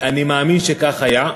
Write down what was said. אני מאמין שכך היה.